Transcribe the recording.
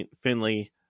finley